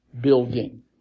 building